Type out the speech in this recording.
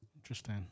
Interesting